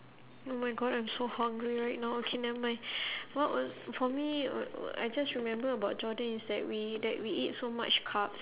oh my god I'm so hungry right now okay nevermind what was for me I just remember about jordan is that we that we eat so much carbs